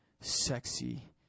Sexy